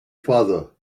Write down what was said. father